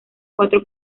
cuatro